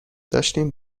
داشتین